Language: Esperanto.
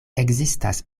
ekzistas